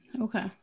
Okay